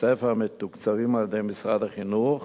ובבתי-ספר המתוקצבים על-ידי משרד החינוך